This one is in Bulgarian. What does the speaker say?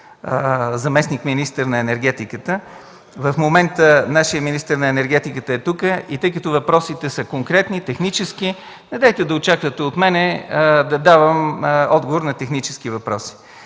заместник-министър на енергетиката, в момента нашият министър на енергетиката е тук, и тъй като въпросите са конкретни, технически, недейте да очаквате от мен да давам отговор на технически въпроси.